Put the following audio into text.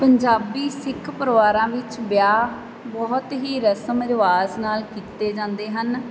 ਪੰਜਾਬੀ ਸਿੱਖ ਪਰਿਵਾਰਾਂ ਵਿੱਚ ਵਿਆਹ ਬਹੁਤ ਹੀ ਰਸਮ ਰਿਵਾਜ਼ ਨਾਲ ਕੀਤੇ ਜਾਂਦੇ ਹਨ